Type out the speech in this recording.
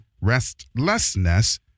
Restlessness